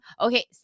Okay